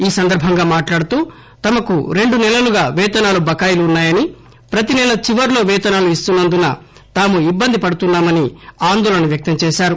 ఈ సందర్బంగా మాట్లాడుతూ తమకు రెండు సెలలుగా పేతనాలు బకాయిలు ఉన్నాయని ప్రతి సెల చివర్లో పేతనాలు ఇస్తున్న ందున తాము ఇబ్బందిపడుతున్నా మని ఆందోళన వ్యక్తంచేశారు